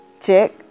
Check